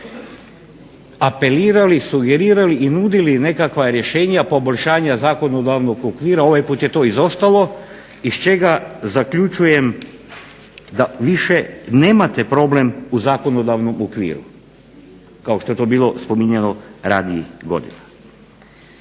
apelirali, sugerirali i nudili nekakva rješenja poboljšanja zakonodavnog okvira, ovaj puta je to izostalo iz čega zaključujem da više nemate problem u zakonodavnom okviru kao što je to bilo spominjano ranijih godina.